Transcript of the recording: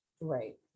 Right